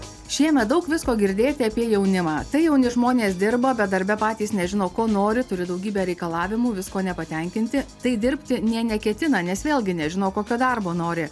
šiemet daug visko girdėti apie jaunimą tai jauni žmonės dirba bet darbe patys nežino ko nori turi daugybę reikalavimų viskuo nepatenkinti tai dirbti nė neketina nes vėlgi nežinau kokio darbo nori